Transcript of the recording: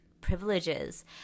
privileges